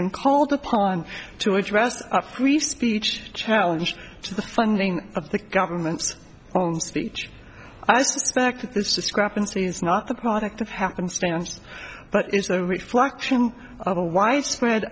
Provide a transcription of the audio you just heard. been called upon to address three speech challenge to the funding of the government's own speech i suspect this discrepancy is not the product of happenstance but is a reflection of a widespread